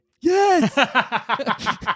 Yes